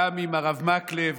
וגם אם הרב מקלב